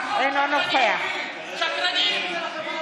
אינו נוכח יוסף ג'בארין,